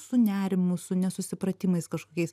su nerimu su nesusipratimais kažkokiais